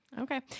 Okay